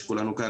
שכולנו כאן,